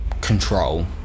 control